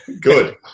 Good